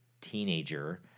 teenager